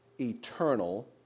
eternal